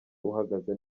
uhagaze